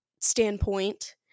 standpoint